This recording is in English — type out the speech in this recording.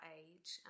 age